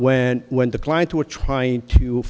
when when the clients were trying to